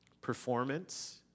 performance